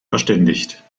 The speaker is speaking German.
verständigt